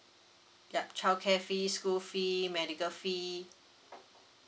yup childcare fee school fee medical fee